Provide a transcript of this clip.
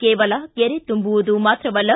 ಕೇವಲ ಕೆರೆ ತುಂಬುವದು ಮಾತ್ರವಲ್ಲ